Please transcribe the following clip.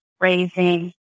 raising